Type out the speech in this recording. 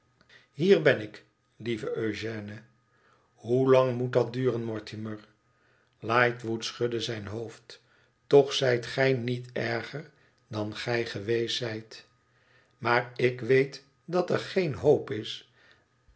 hier ben ik lieve eugène hoelang moet dat duren mortimer lightwood schudde zijn hoofd toch zijt gij niet erger dan gij geweest zijt maar ik weet dat er geen hoop is